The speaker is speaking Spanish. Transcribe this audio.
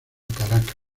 caracas